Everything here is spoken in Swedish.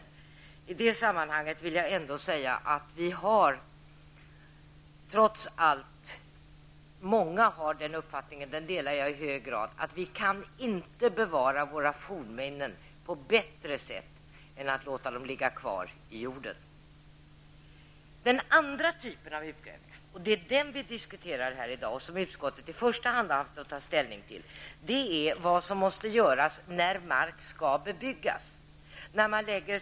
Jag vill i det sammanhanget säga att jag delar i hög grad uppfattningen att vi kan inte bevara våra fornminnen på bättre sätt än att låta dem ligga kvar i jorden. Den andra typen av utgrävningar är den som måste göras innan mark skall bebyggas. Det är den vi diskuterar här i dag och som utskottet i första hand har haft att ta ställning till.